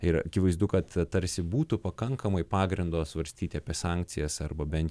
ir akivaizdu kad tarsi būtų pakankamai pagrindo svarstyti apie sankcijas arba bent